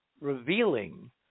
revealing